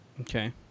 Okay